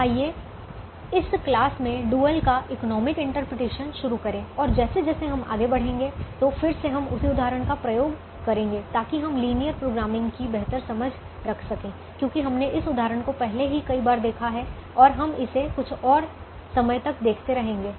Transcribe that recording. तो आइए इस क्लास में डुअल का इकोनॉमिक इंटरप्रिटेशन शुरू करें और जैसे जैसे हम आगे बढ़ेंगे तो फिर से हम उसी उदाहरण का उपयोग करेंगे ताकि हम लिनियर प्रोग्रामिंग की बेहतर समझ रख सकें क्योंकि हमने इस उदाहरण को पहले ही कई बार देखा है और हम इसे कुछ और समय तक देखते रहेंगे